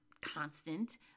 constant